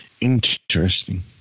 Interesting